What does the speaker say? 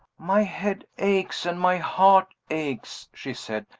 my head aches and my heart aches, she said.